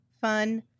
fun